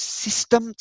system